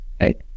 right